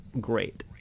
great